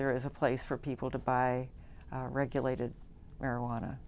there is a place for people to buy regulated marijuana